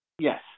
Yes